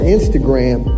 Instagram